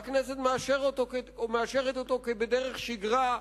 והכנסת מאשר אותו כבדרך שגרה,